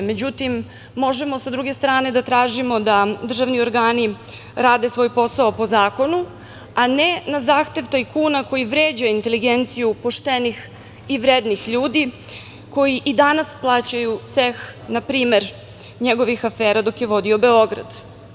Međutim, možemo sa druge strane da tražimo da državni organi rade svoj posao po zakonu, a ne na zahtev tajkuna koji vređa inteligenciju poštenih i vrednih ljudi koji i danas plaćaju ceh, na primer njegovih afera dok je vodio Beograd.